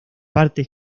partes